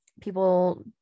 people